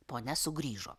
ponia sugrįžo